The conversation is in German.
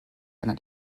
einer